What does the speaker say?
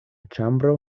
ĉambro